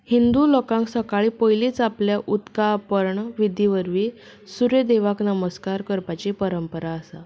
हिंदू लोकांक सकाळी पयलींच आपलें उदका पर्ण विधी वरवीं सुर्यदेवाक नमस्कार करपाची परंपरा आसा